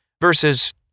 versus